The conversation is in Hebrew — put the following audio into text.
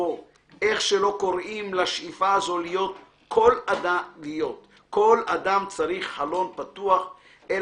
או איך שלא קוראים / לשאיפה הזו להיות / כל אדם צריך חלון / פתוח אל